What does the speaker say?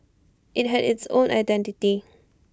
IT had its own identity